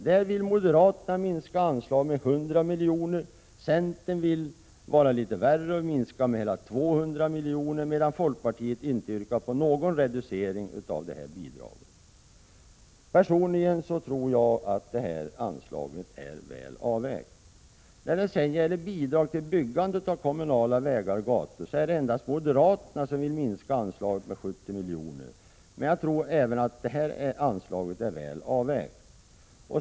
Där vill moderaterna minska anslagen med 100 milj.kr., centern vill vara värre och minska med hela 200 milj.kr., medan folkpartiet inte yrkar någon reducering av det här bidraget. Personligen tror jag att anslaget är väl avvägt. När det sedan gäller bidrag till byggandet av kommunala vägar och gator är det endast moderaterna som vill minska anslaget med 70 milj.kr. Jag tror att även det här anslaget är väl avvägt.